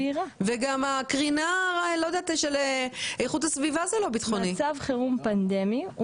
גם הקרינה של איכות הסביבה היא לא ביטחונית מצב חירום פנדמי,